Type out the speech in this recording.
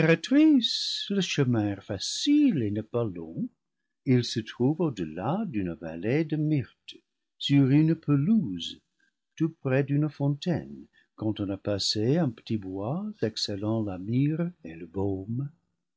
le chemin est facile et n'est pas long il se trouve au-delà d'une allée de myrtes sur une pelouse tout près d'une fontaine quand on a passé un petit bois exhalant la myrrhe et le baume